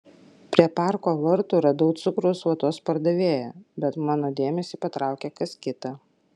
prie parko vartų radau cukraus vatos pardavėją bet mano dėmesį patraukė kas kita